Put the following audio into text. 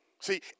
See